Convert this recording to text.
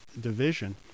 division